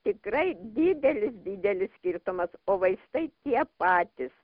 tikrai didelis didelis skirtumas o vaistai tie patys